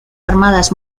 armadas